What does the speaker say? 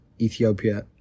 Ethiopia